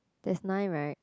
there's nine right